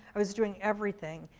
i was doing everything.